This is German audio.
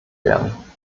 werden